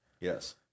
Yes